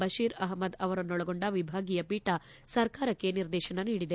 ಬಷೀರ್ ಅಹ್ಮದ್ ಅವರನ್ನೊಳಗೊಂಡ ವಿಭಾಗೀಯ ಪೀಠ ಸರ್ಕಾರಕ್ಕೆ ನಿರ್ದೇಶನ ನೀಡಿದೆ